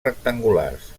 rectangulars